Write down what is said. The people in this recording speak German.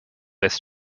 das